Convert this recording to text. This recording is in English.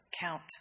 count